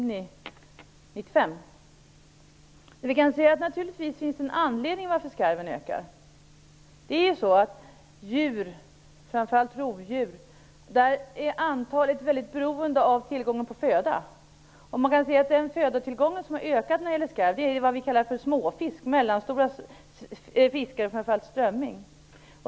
Naturligtvis finns det en anledning till att skarven ökar. När det gäller djur, och framför allt rovdjur, är antalet mycket beroende av tillgången på föda. Den födotillgång som har ökat för skarven är det vi kallar för småfisk, dvs. mellanstora fiskar och framför allt strömming.